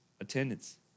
attendance